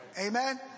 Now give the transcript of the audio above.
amen